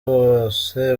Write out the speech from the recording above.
bose